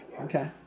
Okay